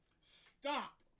Stop